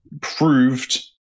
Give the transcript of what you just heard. proved